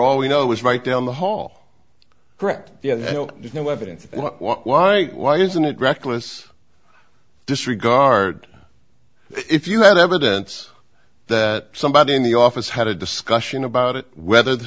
all we know is right down the hall correct there's no evidence why why isn't it reckless disregard if you have evidence that somebody in the office had a discussion about it whether the